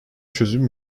çözüm